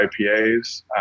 IPAs